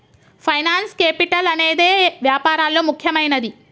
finance capital అనేదే వ్యాపారాల్లో ముఖ్యమైనది